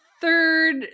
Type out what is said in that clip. third